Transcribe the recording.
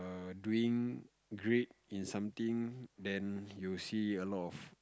err doing great in something then you see a lot of